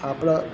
આપણાં